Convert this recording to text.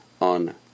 on